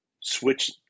switch